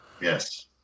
yes